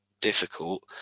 difficult